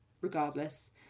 regardless